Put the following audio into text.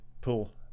pull